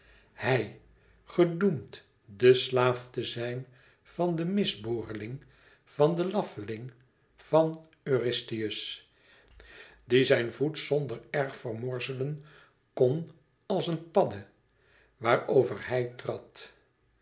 hij gedoemd de slaaf te zijn van den misboreling van den laffeling van eurystheus dien zijn voet zonder erg vermorzelen kon als een padde waar over hij trad